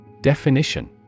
Definition